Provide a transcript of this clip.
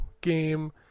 Game